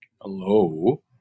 Hello